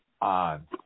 on